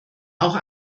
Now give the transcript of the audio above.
auch